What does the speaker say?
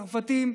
צרפתים,